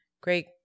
great